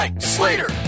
Slater